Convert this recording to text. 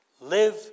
live